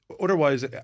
otherwise